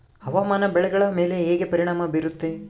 ಹವಾಮಾನ ಬೆಳೆಗಳ ಮೇಲೆ ಹೇಗೆ ಪರಿಣಾಮ ಬೇರುತ್ತೆ?